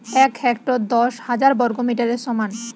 এক হেক্টর দশ হাজার বর্গমিটারের সমান